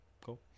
cool